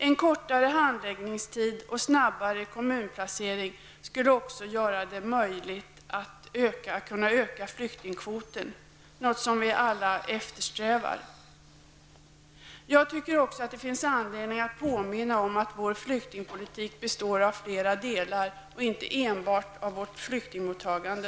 En kortare handläggningstid och snabbare kommunplacering skulle också göra det möjligt att öka flyktingkvoten, något som vi alla eftersträvar. Jag tycker också att det finns anledning att påminna om att vår flyktingpolitik består av flera delar och inte enbart av vårt flyktingmottagande.